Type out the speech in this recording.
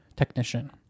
Technician